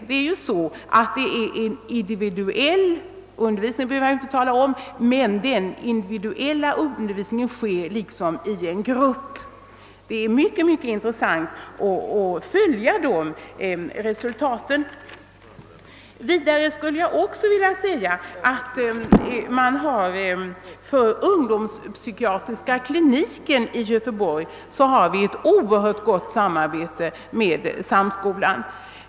Att man har individuell undervisning behöver jag ju inte tala om, men den individuella undervisningen sker liksom i en grupp. Det är mycket intressant att följa resultatet av den. Vidare skulle jag också vilja säga att ungdomspsykiatriska kliniken i Göteborg har ett oerhört gott samarbete med samskolan.